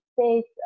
States